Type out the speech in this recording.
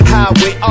Highway